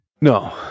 No